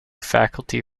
faculty